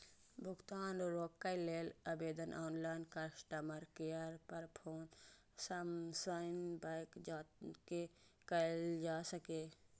भुगतान रोकै लेल आवेदन ऑनलाइन, कस्टमर केयर पर फोन सं स्वयं बैंक जाके कैल जा सकैए